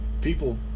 people